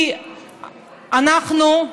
כי אנחנו,